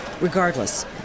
Regardless